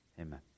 amen